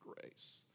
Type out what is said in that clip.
grace